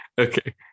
okay